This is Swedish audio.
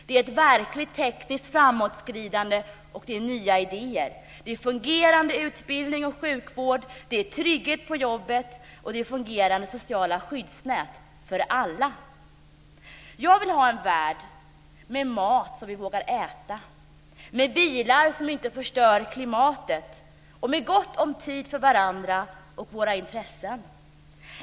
Det är ett verkligt tekniskt framåtskridande och det är nya idéer, fungerande utbildning och sjukvård, trygghet på jobbet och fungerande sociala skyddsnät för alla. Jag vill ha en värld med mat som vi vågar äta, med bilar som inte förstör klimatet och med gott om tid för varandra och våra intressen.